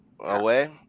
away